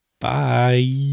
Bye